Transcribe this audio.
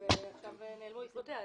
ועכשיו נעלמו עקבותיה.